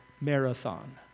marathon